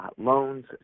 loans